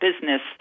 business